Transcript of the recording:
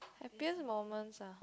happiest moments ah